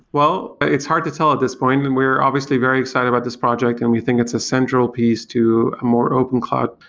well, it's hard to tell at this point. i mean, we're obviously very excited about this project and we think it's a central piece to a more open cloud.